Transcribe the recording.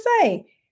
say